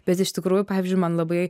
bet iš tikrųjų pavyzdžiui man labai